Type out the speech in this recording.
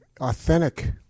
authentic